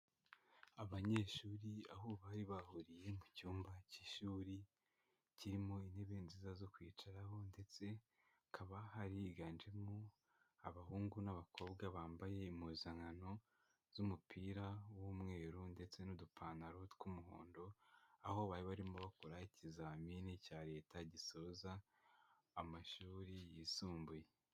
Abanyeshuri aho bari bahuriye mu cyumba k'ishuri kirimo intebe nziza zo kwicaraho ndetse hakaba hari higanjemo abahungu n'abakobwa bambaye impuzankano z'umupira w'umweru ndetse n'udupantaro tw'umuhondo aho bari barimo bakora ikizamini cya leta gisoza amashuri yisumbuye.